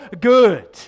good